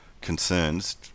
concerns